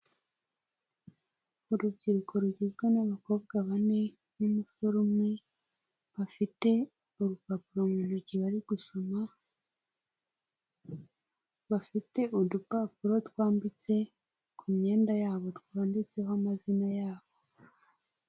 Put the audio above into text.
Urubyiruko rugizwe n'abakobwa bane n'umusore umwe bafite urupapuro mu ntoki bari gusoma bafite udupapuro twanditse ku myenda yabo twanditseho amazina yabo.